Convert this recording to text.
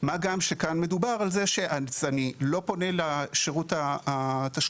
מה גם שכאן מדובר על זה שאני לא פונה לשירות התשלומים